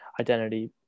identity